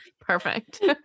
Perfect